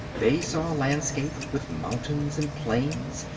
they saw a landscape with mountains and plains,